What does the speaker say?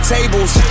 Tables